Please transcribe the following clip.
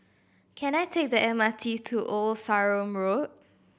can I take the M R T to Old Sarum Road